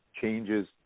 changes